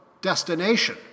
destination